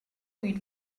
mít